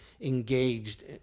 engaged